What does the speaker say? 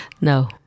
No